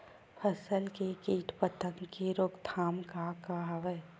फसल के कीट पतंग के रोकथाम का का हवय?